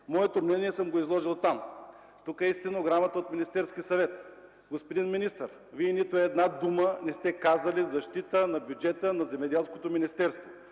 Моето мнение съм изложил там”. Тук е и стенограмата от Министерския съвет. Господин министър, Вие не сте казали нито една дума в защита на бюджета на Земеделското министерство.